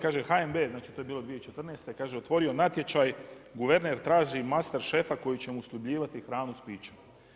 Kaže HNB, znači to je bilo 2014., kaže otvorio natječaj, guverner traži master šefa koji će mu opskrbljivati hranu s pićem.